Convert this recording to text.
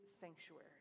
sanctuary